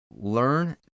Learn